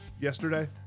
yesterday